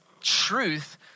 truth